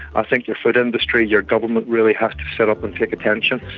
i think your food industry, your government, really has to sit up and take attention.